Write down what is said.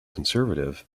conservative